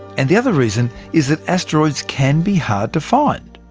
and the other reason is that asteroids can be hard to find.